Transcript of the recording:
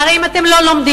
שהרי אם אתם לא לומדים,